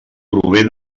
prové